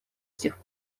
сих